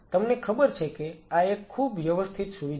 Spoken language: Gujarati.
તમને ખબર છે કે આ એક ખૂબ વ્યવસ્થિત સુવિધા છે